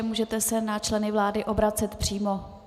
Můžete se na členy vlády obracet přímo.